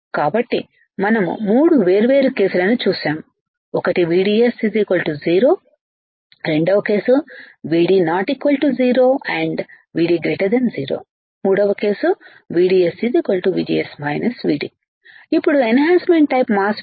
కాబట్టి మనం 3 వేర్వేరు కేసులను చూశాము ఒకటి VDS 0 రెండవ కేసు VD ≠ 0 and VD 0 మూడవ కేసు VDS VGS VD ఇప్పుడు ఎన్హాన్సమెంట్ టైపు మాస్ ఫెట్